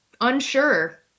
unsure